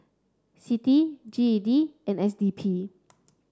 CITI G E D and S D P